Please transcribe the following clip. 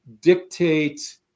dictate